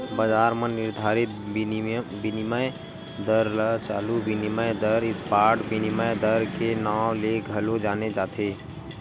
बजार म निरधारित बिनिमय दर ल चालू बिनिमय दर, स्पॉट बिनिमय दर के नांव ले घलो जाने जाथे